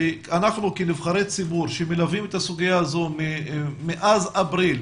שאנחנו כנבחרי ציבור שמלווים את הסוגיה הזאת מאז אפריל,